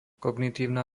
kognitívna